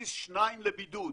מכניס שניים לבידוד.